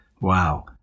Wow